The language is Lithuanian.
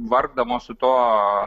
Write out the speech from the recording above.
vargdamos su to